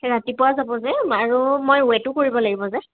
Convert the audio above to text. ৰাতিপুৱা যাব যে আৰু মই ৱেইটো কৰিব লাগিব যে